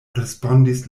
respondis